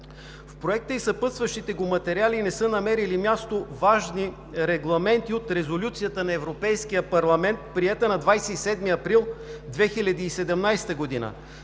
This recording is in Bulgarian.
В Проекта и в съпътстващите го материали не са намерили място важни регламенти от Резолюцията на Европейския парламент, приета на 27 април 2017 г.